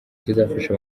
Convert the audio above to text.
kizafasha